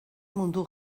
mundu